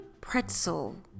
pretzel